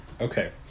Okay